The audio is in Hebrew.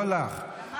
לא לך,